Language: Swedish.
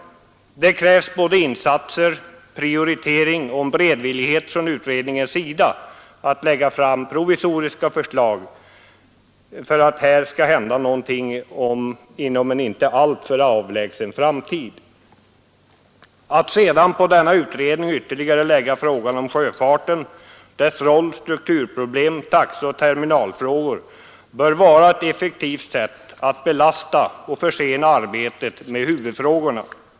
Det behövs insatser, prioritering och beredvillighet från utredningens sida att lägga fram provisoriska förslag för att det skall hända någonting inom en inte alltför avlägsen framtid. Att sedan på denna utredning ytterligare lägga frågan om sjöfarten, dess roll, strukturproblem, taxeoch terminalfrågor bör vara ett effektivt sätt att belasta och försena arbetet med huvudfrågorna.